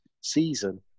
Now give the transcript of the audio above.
season